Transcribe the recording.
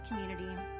community